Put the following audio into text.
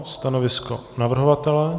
Stanovisko navrhovatele?